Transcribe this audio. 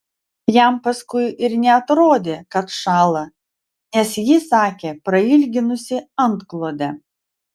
jam paskui ir neatrodė kad šąla nes ji sakė prailginusi antklodę